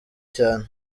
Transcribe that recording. cyane